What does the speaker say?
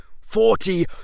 Forty